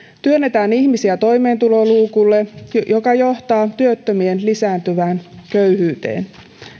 työnnetään ihmisiä toimeentuloluukulle mikä johtaa työttömien lisääntyvään köyhyyteen